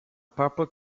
purple